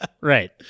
right